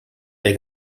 der